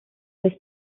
sich